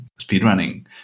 speedrunning